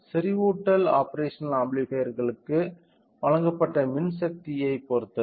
செறிவூட்டல் ஆப்பேரஷனல் ஆம்பிளிபையர்களுக்கு வழங்கப்பட்ட மின்சக்தியைப் பொறுத்தது